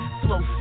flow